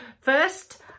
First